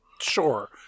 Sure